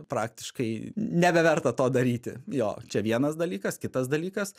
praktiškai nebeverta to daryti jo čia vienas dalykas kitas dalykas